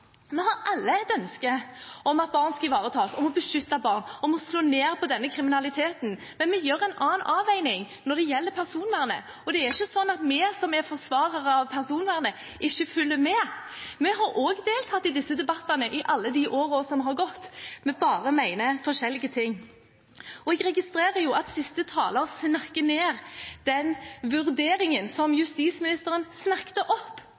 Vi har alle et ønske om at barn skal ivaretas, om å beskytte barn, om å slå ned på denne kriminaliteten. Men vi gjør en annen avveining når det gjelder personvernet. Det er ikke sånn at vi som er forsvarere av personvernet, ikke følger med. Vi har også deltatt i disse debattene i alle de årene som har gått – vi bare mener forskjellige ting. Jeg registrerer at siste taler snakker ned den vurderingen som justisministeren snakket opp.